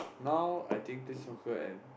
now I think play soccer and